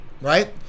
right